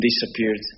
disappeared